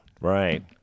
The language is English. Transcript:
Right